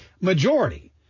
majority